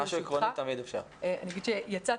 כן, משהו עקרוני תמיד אפשר.